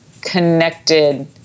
connected